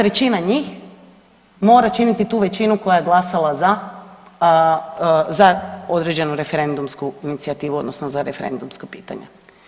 3 njih mora činiti tu većinu koja je glasala za, za određenu referendumsku inicijativu odnosno za referendumsko pitanje.